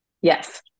Yes